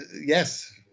yes